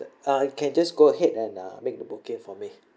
uh can just go ahead and uh make the booking for me